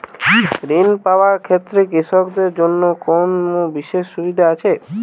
ঋণ পাওয়ার ক্ষেত্রে কৃষকদের জন্য কোনো বিশেষ সুবিধা আছে?